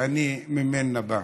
שאני ממנה בא.